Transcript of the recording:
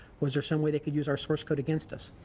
was there some way they could use our source code against us?